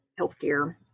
healthcare